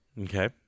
Okay